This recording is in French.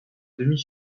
demi